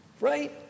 Right